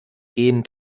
gehen